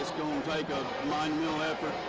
like a monumental effort